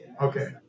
Okay